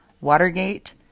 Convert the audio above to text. Watergate